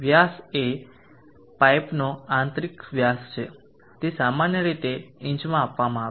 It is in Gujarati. વ્યાસ એ પાઇપનો આંતરિક વ્યાસ છે તે સામાન્ય રીતે ઇંચમાં આપવામાં આવે છે